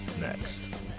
next